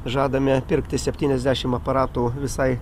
žadame pirkti septyniasdešim aparatų visai